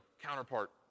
counterpart